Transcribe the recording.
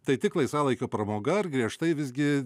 tai tik laisvalaikio pramoga ar griežtai visgi